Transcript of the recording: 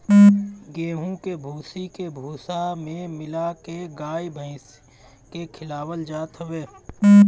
गेंहू के भूसी के भूसा में मिला के गाई भाईस के खियावल जात हवे